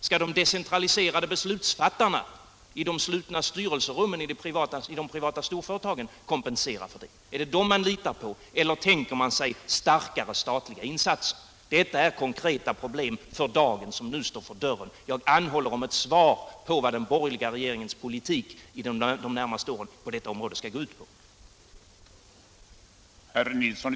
Skall de decentraliserade beslutsfattarna i de slutna styrelserummen i de privata storföretagen kompensera, är det dem man litar på? Eller tänker man sig starkare statliga insatser? Detta är konkreta problem som nu står för dörren. Jag anhåller om ett svar på vad den borgerliga regeringens politik under de närmaste åren skall gå ut på inom detta område.